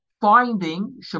finding